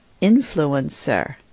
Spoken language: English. influencer